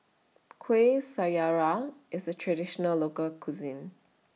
Kueh Syara IS A Traditional Local Cuisine